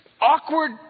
awkward